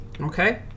Okay